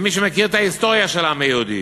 ומי שמכיר את ההיסטוריה של העם היהודי